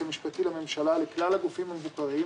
המשפטי לממשלה לכלל הגופים המבוקרים,